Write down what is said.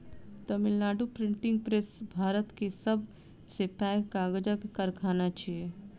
Tamil Nadu printing press Bharat के सब से पैघ कागजक कारखाना अछि